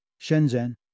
Shenzhen